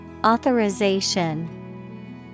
Authorization